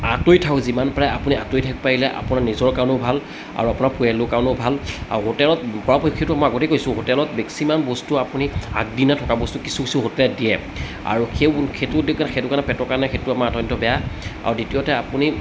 আঁতৰি থাকক যিমান পাৰে আপুনি আঁতৰি থাকক পাৰিলে আপোনাৰ নিজৰ কাৰণেও ভাল আৰু আপোনাৰ পৰিয়ালটোৰ কাৰণেও ভাল আৰু হোটেলত পৰাপক্ষত মই আগতেই কৈছোঁ হোটেলত মেক্সিমাম বস্তু আপুনি আগদিনা থকা বস্তু কিছু কিছু হোটেলত দিয়ে আৰু সেইও সেইটো সেইটো কাৰণে পেটৰ কাৰণে সেইটো আমাৰ অত্যন্ত বেয়া আৰু দ্বিতীয়তে আপুনি